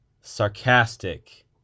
sarcastic